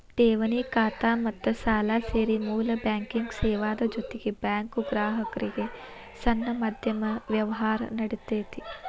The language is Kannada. ಠೆವಣಿ ಖಾತಾ ಮತ್ತ ಸಾಲಾ ಸೇರಿ ಮೂಲ ಬ್ಯಾಂಕಿಂಗ್ ಸೇವಾದ್ ಜೊತಿಗೆ ಬ್ಯಾಂಕು ಗ್ರಾಹಕ್ರಿಗೆ ಸಣ್ಣ ಮಧ್ಯಮ ವ್ಯವ್ಹಾರಾ ನೇಡ್ತತಿ